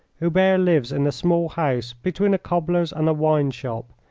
hubert lives in a small house between a cobbler's and a wine-shop,